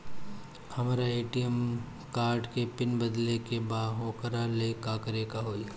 हमरा ATM card के PIN बदले के बा वोकरा ला का करे के होई?